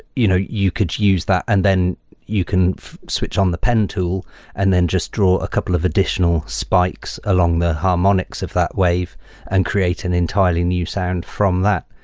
you know you could use that and then you can switch on the pen tool and then just draw a couple of additional spikes along the harmonics of that wave and create an entirely new sound from that,